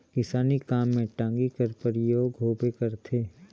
किसानी काम मे टागी कर परियोग होबे करथे